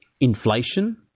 inflation